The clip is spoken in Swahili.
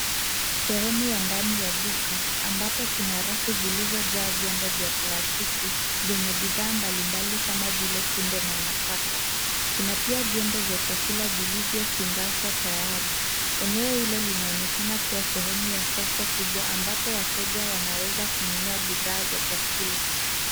Sehemu ya ndani ya duka ambapo kuna rafu zilizojaa viombo vya plastiki, vyeye bidhaa mbalimbali kama vile kunde na nafaka. Kuna pia viombo vya chakula vilivyofungashwa tayari. Eneo hilo linaonekana kuwa sehemu ya soko kubwa ambapo wateja wanaweza kununua bidhaa za chakula.